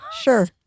Sure